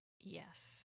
Yes